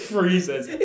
Freezes